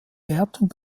wertung